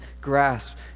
grasp